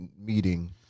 meeting